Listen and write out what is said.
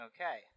Okay